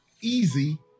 easy